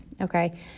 okay